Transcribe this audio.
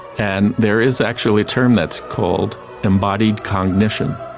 and there is actually a term that's called embodied cognition,